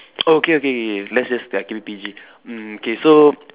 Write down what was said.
oh okay okay let's just ya keep it P_G mm K so